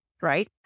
right